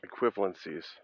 equivalencies